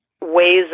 ways